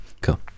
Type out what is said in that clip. Cool